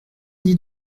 dis